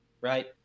right